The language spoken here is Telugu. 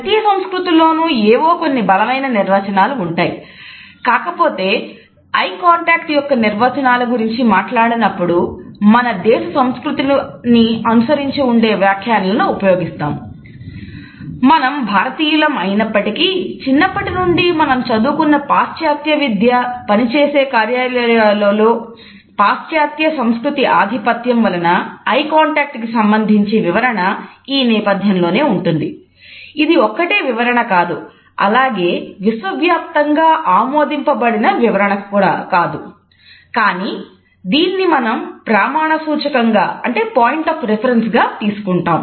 ప్రతి సంస్కృతిలోనూ ఏవో కొన్ని బలమైన నిర్వచనాలు ఉంటాయి కాకపోతే ఐ కాంటాక్ట్ గా తీసుకుంటాం